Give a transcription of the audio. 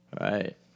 Right